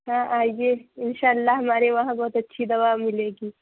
ہاں آئیے ان شاء اللہ ہمارے وہاں بہت اچھی دوا ملے گی